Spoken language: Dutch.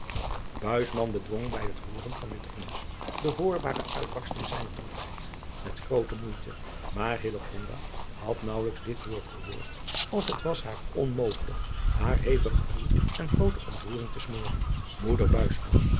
bedwong bij het hooren van dit vonnis de hoorbare uitbarsting zijner droef heid met groote moeite maar hillegonda had naauwelijks dit woord gehoord of het was haar onmogelijk haar hevig gevoel en groote ontroering tesmoren